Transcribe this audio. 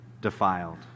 defiled